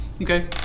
Okay